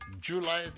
July